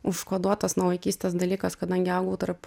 užkoduotas nuo vaikystės dalykas kadangi augau tarp